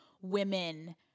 women